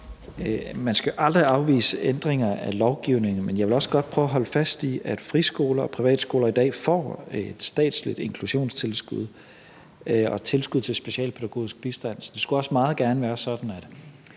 Man skal aldrig afvise ændringer af lovgivningen, men jeg vil også godt prøve at holde fast i, at friskoler og privatskoler i dag får et statsligt inklusionstilskud og et tilskud til specialpædagogisk bistand, så det skulle også meget gerne være sådan, at